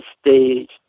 stage